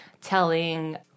telling